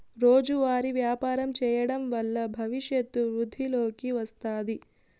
రోజువారీ వ్యాపారం చేయడం వల్ల భవిష్యత్తు వృద్ధిలోకి వస్తాది